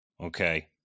Okay